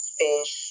fish